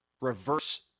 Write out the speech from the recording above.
reverse